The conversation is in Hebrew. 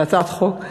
זה הצעת חוק,